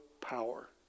power